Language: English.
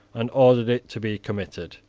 and ordered it to be committed.